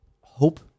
hope